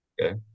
Okay